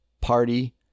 party